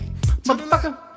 Motherfucker